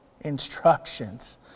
instructions